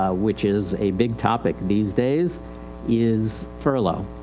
ah which is a big topic these days is furlough. ah,